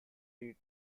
reed